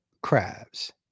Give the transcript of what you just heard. crabs